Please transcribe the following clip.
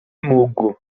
mógł